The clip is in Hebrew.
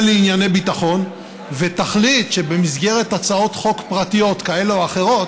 לענייני ביטחון ותחליט שבמסגרת הצעות חוק פרטיות כאלה או אחרות